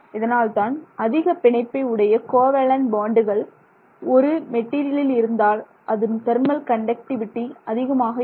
இதனால்தான் அதிக பிணைப்பு உடைய கோவேலேன்ட் பாண்டுகள் ஒரு மெட்டீரியல் இருந்தால் அதன் தெர்மல் கண்டக்டிவிடி அதிகமாக இருக்கும்